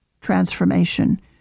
transformation